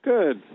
Good